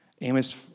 Amos